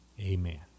amen